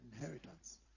inheritance